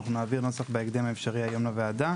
אנחנו נעביר את הנוסח בהקדם האפשרי היום לוועדה.